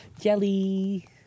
Jelly